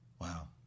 Wow